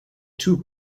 too